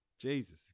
Jesus